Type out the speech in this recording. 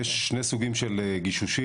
יש שני סוגים של גישושים.